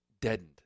deadened